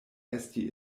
esti